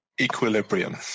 equilibrium